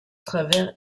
travers